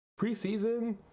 preseason